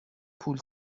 پول